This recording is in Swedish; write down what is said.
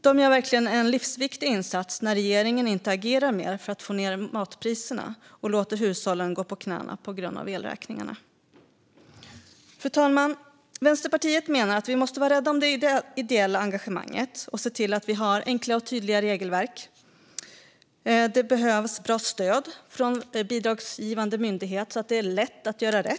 De gör verkligen en livsviktig insats när regeringen inte agerar mer för att få ned matpriserna och låter hushållen gå på knäna på grund av elräkningarna. Fru talman! Vänsterpartiet menar att vi måste vara rädda om det ideella engagemanget och se till att vi har enkla och tydliga regelverk. Det behövs bra stöd från bidragsgivande myndighet så att det är lätt att göra rätt.